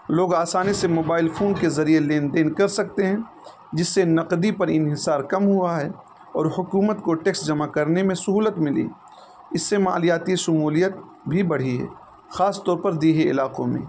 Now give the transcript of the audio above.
لوگ آسانی سے موبائل فون کے ذریعے لین دین کر سکتے ہیں جس سے نقدی پر انحصار کم ہوا ہے اور حکومت کو ٹیکس جمع کرنے میں سہولت ملی اس سے مالیاتی شمولیت بھی بڑھی ہے خاص طور پر دیہی علاقوں میں